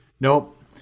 Nope